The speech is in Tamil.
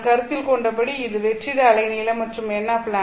நாம் கருத்தில் கொண்டபடி இது வெற்றிட அலைநீளம் மற்றும் nλ